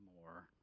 more